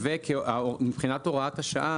ומבחינת הוראת השעה,